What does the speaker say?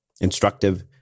instructive